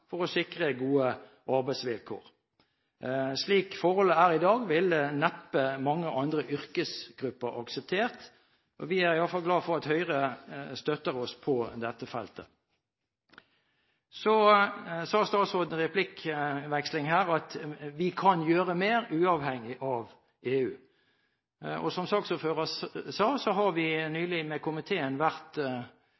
for å sikre gode arbeidsvilkår. Slike forhold som er i dag, ville neppe mange andre yrkesgrupper ha akseptert. Vi er i hvert fall glad for at Høyre støtter oss på dette feltet. Så sa statsråden i replikkvekslingen her at vi kan gjøre mer uavhengig av EU. Som saksordføreren sa, har vi